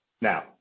Now